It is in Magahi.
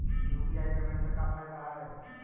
यु.पी.आई पेमेंट से का फायदा है?